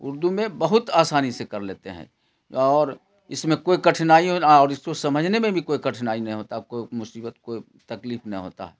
اردو میں بہت آسانی سے کر لیتے ہیں اور اس میں کوئی کٹھنائی اور اس کو سمجھنے میں بھی کوئی کٹھنائی نہیں ہوتا کوئی مصیبت کوئی تکلیف نہی ہوتا ہے